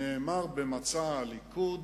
נאמר במצע הליכוד,